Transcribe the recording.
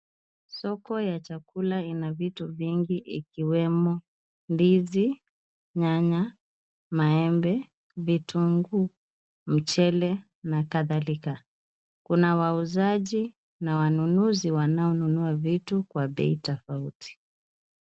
Soko ya chakula ina vitu vingi ikiwemo ndizi, nyanya, maembe, vitunguu, mchele na kadhalika. Kuna wauzaji na wanunuzi wanaonunua vitu kwa bei tofauti.